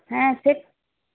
হ্যাঁ সে